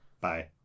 Bye